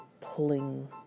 pulling